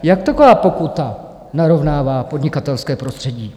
Jak taková pokuta narovnává podnikatelské prostředí?